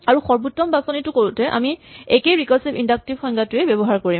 আৰু সৰ্বোত্তমটো বাচনি কৰোতে আমি একেই ৰিকাৰছিভ ইন্ডাক্টিভ সংজ্ঞাটোৱেই ব্যৱহাৰ কৰিম